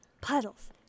Puddles